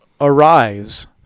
Arise